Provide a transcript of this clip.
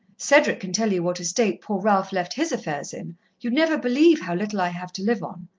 cedric can tell you what a state poor ralph left his affairs in you'd never believe how little i have to live on.